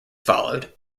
followed